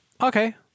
okay